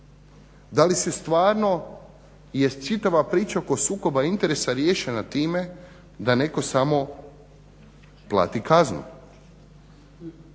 Da li se stvarno jest čitava priča oko sukoba interesa riješena time da netko samo plati kaznu